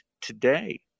today